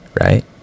right